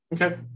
Okay